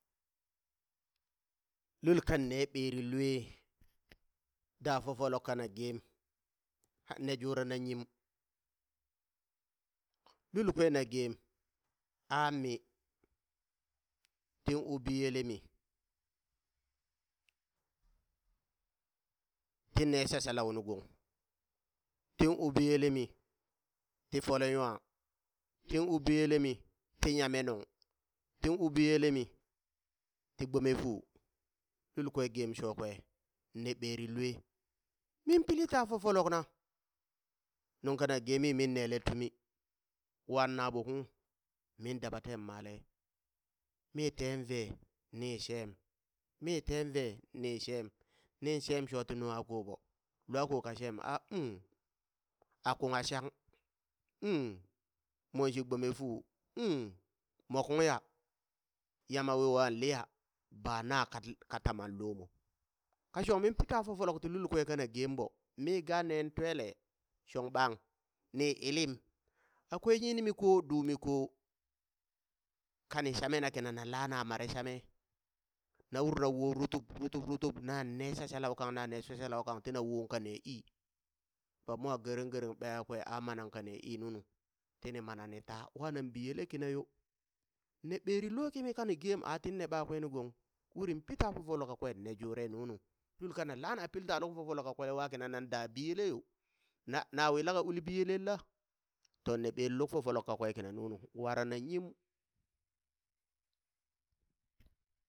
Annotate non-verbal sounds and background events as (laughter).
Lul kan nee ɓeri lwe da fofolok kana geem, nne jurana yim, lul kwe na gem aa mi, tin u biyele mi, tin ne shashalau nu gong, tin u biyelemi ti fole nwa, tin uu biyelemi ti nyame nung, tin u biyelemi ti gbome fuu, lul kwe geem shokwe nne ɓeri lwe, min pilita fofolokna nung kana geemi min nele tumi, wan naɓo kung min daba teen male, min teen vee, ni shem, min teen vee, ni shem, nin shem shoti nungha koɓo, lwako ka shem a um a kungha shang, um monshi gbome fuu, um mo kungya yama yo wa liya bana kat- ka tama lomo, ka shong min pii taa fofolok ti lulkwe kana geem ɓo, mii gaa nen twele shong ɓang ni ilim, akwai nyinmi ko dumi ko, kani shamena kina na lana mare shami, na ur na woo rutub (noise) rutub rutub nane shashalau kang nane shashalau kang tina wo kane ii, kpap mwan gereng gereng ɓeya kwe a̱ manan kane ii nunu, tini mana ni taa wa nan biyele kina yo, ne ɓeri lo kimi kani geem a tin nee ɓakwe nu gong, urin pita fofolok kakwe inne jure nunu, lul kana lana pil ta luk fofolok kakwe wa kina nan daa biyele yo, na na wi laka ul biyelen la? to ne ɓeri luk fofolok kakwe kina nunu, warana yim.